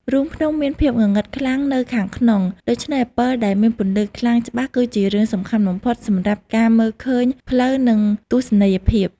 រូងភ្នំមានភាពងងឹតខ្លាំងនៅខាងក្នុង ដូច្នេះពិលដែលមានពន្លឺខ្លាំងច្បាស់គឺជារឿងសំខាន់បំផុតសម្រាប់ការមើលឃើញផ្លូវនិងទស្សនីយភាព។